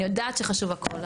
אני יודעת שחשוב הכל.